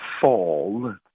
fall